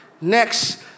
next